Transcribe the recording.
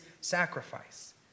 sacrifice